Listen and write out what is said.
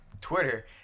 Twitter